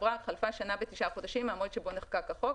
חלפה שנה ותשעה חודשים מהמועד שבו נחקק החוק